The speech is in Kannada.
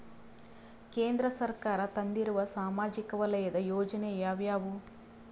ಕೇಂದ್ರ ಸರ್ಕಾರ ತಂದಿರುವ ಸಾಮಾಜಿಕ ವಲಯದ ಯೋಜನೆ ಯಾವ್ಯಾವು?